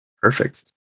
Perfect